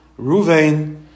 Ruvain